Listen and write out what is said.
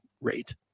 rate